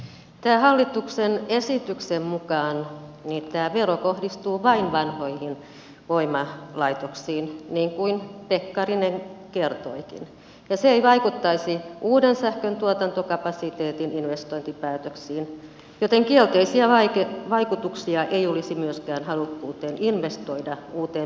tämän hallituksen esityksen mukaan tämä vero kohdistuu vain vanhoihin voimalaitoksiin niin kuin pekkarinen kertoikin ja se ei vaikuttaisi uuden sähkön tuotantokapasiteetin investointipäätöksiin joten kielteisiä vaikutuksia ei olisi myöskään halukkuuteen investoida uuteen päästöttömään tuotantoon